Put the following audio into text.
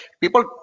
people